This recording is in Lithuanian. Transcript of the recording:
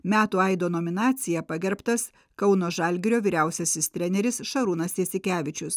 metų aido nominacija pagerbtas kauno žalgirio vyriausiasis treneris šarūnas jasikevičius